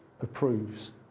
approves